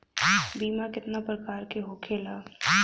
बीमा केतना प्रकार के होखे ला?